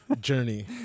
journey